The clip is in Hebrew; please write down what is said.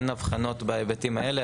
אין הבחנות בהיבטים האלה.